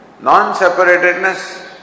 non-separatedness